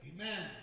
Amen